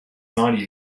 naughty